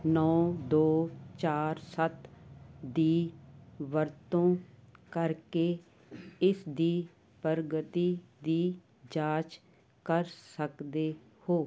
ਨੌਂ ਦੋ ਚਾਰ ਸੱਤ ਦੀ ਵਰਤੋਂ ਕਰਕੇ ਇਸ ਦੀ ਪ੍ਰਗਤੀ ਦੀ ਜਾਂਚ ਕਰ ਸਕਦੇ ਹੋ